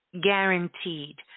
Guaranteed